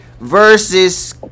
versus